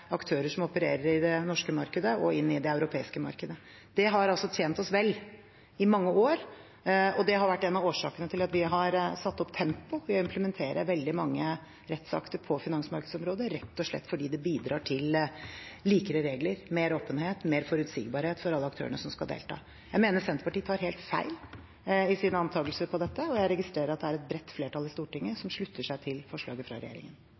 aktører som opererer i det norske markedet og inn i det europeiske markedet. Det har tjent oss vel i mange år, og det har vært en av årsakene til at vi har satt opp tempoet med å implementere veldig mange rettsakter på finansmarkedsområdet, rett og slett fordi det bidrar til likere regler, mer åpenhet, mer forutsigbarhet for alle aktørene som skal delta. Jeg mener Senterpartiet tar helt feil i sine antakelser om dette, og jeg registrerer at det er et bredt flertall i Stortinget som slutter seg til forslaget fra regjeringen.